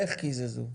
איך קיזזו?